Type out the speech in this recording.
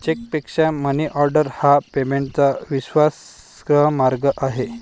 चेकपेक्षा मनीऑर्डर हा पेमेंटचा विश्वासार्ह मार्ग आहे